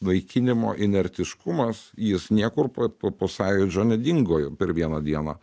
naikinimo inertiškumas jis niekur pro po sąjūdžio nedingo jis per vieną dieną